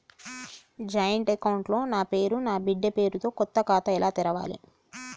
Joint account లో నా పేరు నా బిడ్డే పేరు తో కొత్త ఖాతా ఎలా తెరవాలి?